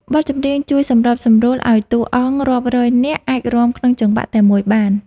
បទចម្រៀងជួយសម្របសម្រួលឱ្យតួអង្គរាប់រយនាក់ អាចរាំក្នុងចង្វាក់តែមួយបាន។